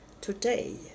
today